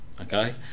Okay